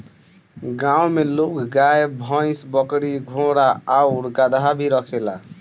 गांव में लोग गाय, भइस, बकरी, घोड़ा आउर गदहा भी रखेला